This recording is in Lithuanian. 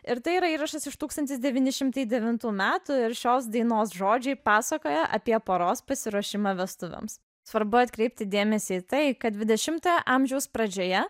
ir tai yra įrašas iš tūkstantis devyni šimtai devintų metų ir šios dainos žodžiai pasakoja apie poros pasiruošimą vestuvėms svarbu atkreipti dėmesį į tai kad dvidešimtojo amžiaus pradžioje